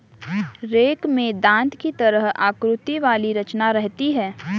rake में दाँत की तरह आकृति वाली रचना रहती है